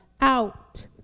out